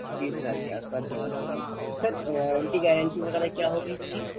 جو بیس ہزار کے آس پاس مل جائیں گے ٹھیک ہے سر ان کی گارنٹی وغیرہ کیا ہوگی اس کی